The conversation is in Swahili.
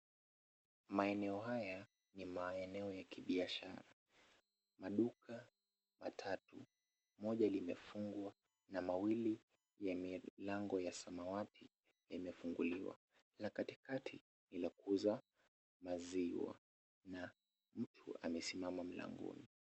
Maeneo haya ni maeneo ya kibiashara maduka matatu moja limefungwa na mawili ya milango ya samawati limefunguliwa na katikati la kuuza maziwa na mtu amesimama mlangoni.